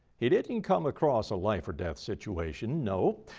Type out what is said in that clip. he didn't come across a life or death situation, no,